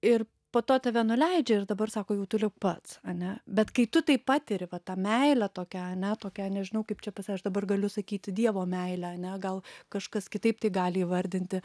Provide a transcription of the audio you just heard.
ir po to tave nuleidžia ir dabar sako jau toliau pats ane bet kai tu tai patiri va tą meilę tokią ane tokią nežinau kaip čia pas aš dabar galiu sakyti dievo meilę ane gal kažkas kitaip tai gali įvardinti